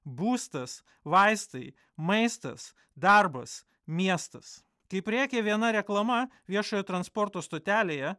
būstas vaistai maistas darbas miestas kaip rėkė viena reklama viešojo transporto stotelėje